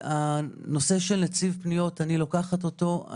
הנושא של נציב פניות אני לוקחת אותו.